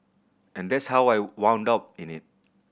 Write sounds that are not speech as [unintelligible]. and that's how I [unintelligible] up in it